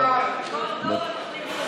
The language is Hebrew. כל דור, שלו.